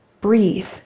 breathe